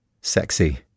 sexy